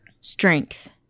strength